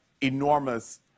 enormous